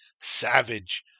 savage